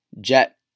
Jet